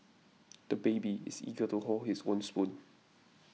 the baby is eager to hold his own spoon